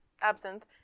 Absinthe